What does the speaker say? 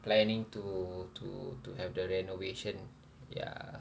planning to to to have the renovation ya